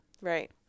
Right